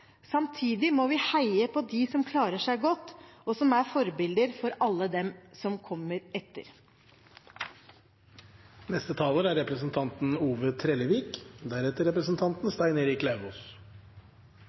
Samtidig må vi heie på dem som klarer seg godt, og som er forbilder for alle dem som kommer